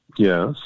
Yes